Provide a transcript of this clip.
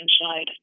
inside